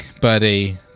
buddy